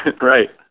right